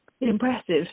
impressive